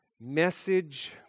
message